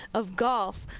of golf,